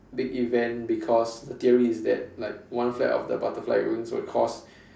big event because the theory is that like one flap of the butterfly wings will cause